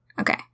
Okay